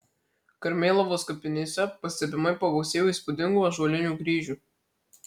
karmėlavos kapinėse pastebimai pagausėjo įspūdingų ąžuolinių kryžių